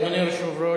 אדוני היושב-ראש,